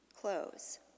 close